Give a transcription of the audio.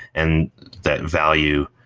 and that value,